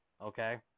okay